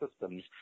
systems